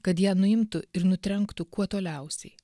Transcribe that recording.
kad ją nuimtų ir nutrenktų kuo toliausiai